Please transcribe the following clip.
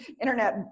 internet